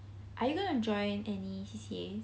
are you gonna join any C_C_A